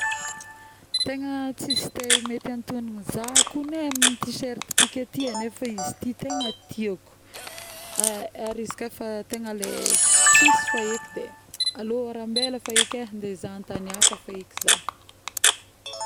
Tegna tsisy taille mety atognono za kogny amin'ny Tshirt tiky ety ty e, nefa izy ity tegna tiako, ary izy ka fa tegna le tsisy fa eky˂noise˃, de aleo ary ambela fa eky e, andeha izaha antagny afa fa eky za